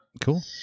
Cool